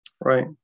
Right